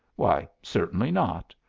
why, certainly not.